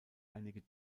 einige